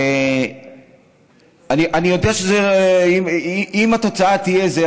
אני יודע שאם התוצאה תהיה זו,